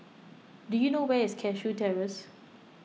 do you know where is Cashew Terrace